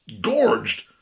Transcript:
gorged